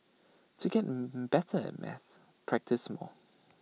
to get better at maths practise more